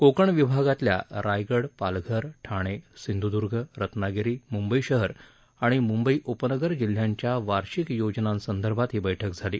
कोकण विभागातल्या रायगड पालघर ठाणे सिंधुद्ग रत्नागिरी मुंबई शहर आणि मुंबई उपनगर जिल्ह्यांच्या वार्षिक योजनांसदर्भात ही बैठक झाली